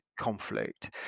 conflict